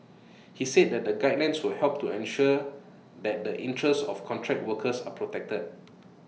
he said that the guidelines will help to ensure that the interests of contract workers are protected